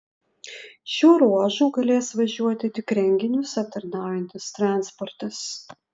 šiuo ruožu galės važiuoti tik renginius aptarnaujantis transportas